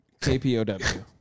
KPOW